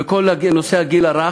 בכל נושא הגיל הרך,